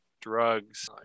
drugs